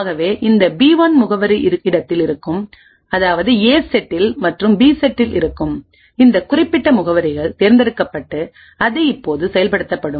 ஆகவேஇந்த B 1 முகவரி இடத்தில் இருக்கும்அதாவது ஏ செட்டில் மற்றும் பி செட்டில் இருக்கும்இந்த குறிப்பிட்ட முகவரிகள் தேர்ந்தெடுக்கப்பட்டு அது இப்போது செயல்படுத்தப்படும்